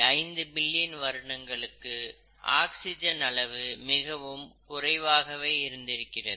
5 billion வருடங்களுக்கு oxygen அளவு மிகவும் குறைவாகவே இருந்திருக்கிறது